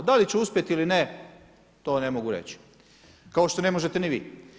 Da li će uspjeti ili ne, to ne mogu reći, kao što ne možete ni vi.